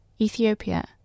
Ethiopia